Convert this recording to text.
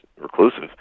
reclusive